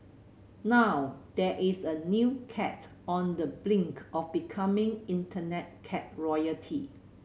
now there is a new cat on the brink of becoming Internet cat royalty